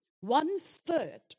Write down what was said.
one-third